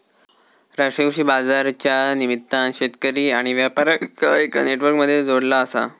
राष्ट्रीय कृषि बाजारच्या निमित्तान शेतकरी आणि व्यापार्यांका एका नेटवर्क मध्ये जोडला आसा